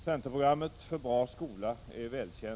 Centerprogrammet för en bra skola är välkänt.